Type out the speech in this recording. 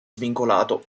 svincolato